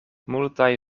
multaj